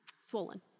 swollen